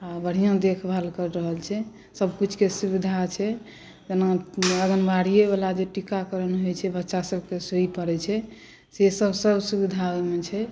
आ बढ़िआँ देखभाल करि रहल छै सभकिछुके सुविधा छै जेना आङ्गनबाड़ियेवला जे टीकाकरण होइत छै बच्चासभकेँ सुइ पड़ैत छै से सभ सभ सुविधा ओहिमे छै